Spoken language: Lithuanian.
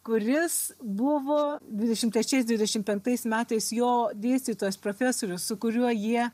kuris buvo dvidešim trečiais dvidešim penktais metais jo dėstytojas profesorius su kuriuo jie